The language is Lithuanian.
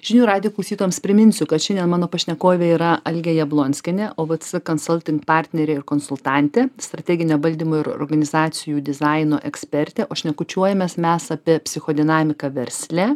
žinių radijo klausytojams priminsiu kad šiandien mano pašnekovė yra algė jablonskienė ovc consulting partnerė ir konsultantė strateginio valdymo ir organizacijų dizaino ekspertė o šnekučiuojamės mes apie psichodinamiką versle